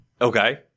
Okay